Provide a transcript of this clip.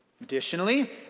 Additionally